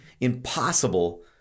impossible